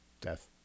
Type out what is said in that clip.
death